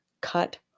cut